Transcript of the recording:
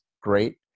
great